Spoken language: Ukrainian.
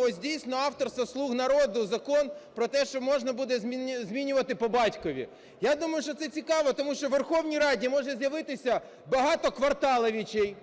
ось, дійсно, авторства "слуг народу" закон про те, що можна буде змінювати по батькові. Я думаю, що це цікаво, тому що у Верховній Раді може з'явитися багато "кварталовичей",